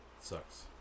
sucks